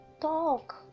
Talk